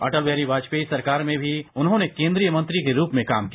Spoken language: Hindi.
अटल बिहारी वाजपेयी सरकार में भी उन्होंने केन्द्रीय मंत्री के रूप में काम किया